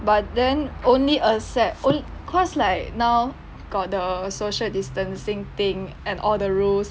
but then only except only cause like now got the social distancing thing and all the rules